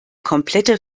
komplette